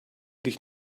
dich